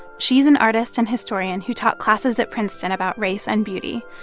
she's an artist and historian who taught classes at princeton about race and beauty.